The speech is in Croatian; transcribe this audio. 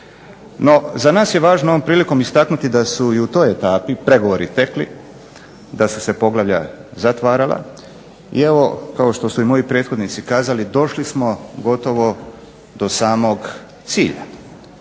No, za nas je važno ovom prilikom istaknuti da su i u toj etapi pregovori tekli, da su se poglavlja zatvarala i evo kao što su i moji prethodnici kazali, došli smo gotovo do samog cilja.